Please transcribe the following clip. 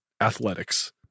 athletics